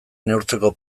neurtzeko